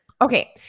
Okay